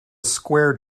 square